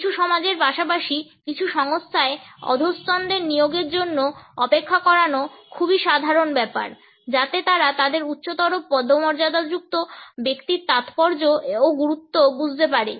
কিছু সমাজের পাশাপাশি কিছু সংস্থায় অধস্তনদের নিয়োগের জন্য অপেক্ষা করানো খুবই সাধারণ ব্যাপার যাতে তারা তাদের উচ্চতর পদমর্যাদাযুক্ত ব্যক্তির তাৎপর্য ও গুরুত্ব বুঝতে পারে